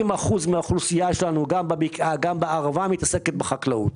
70% מן האוכלוסייה שלנו גם בבקעה וגם בערבה מתעסקים בחקלאות,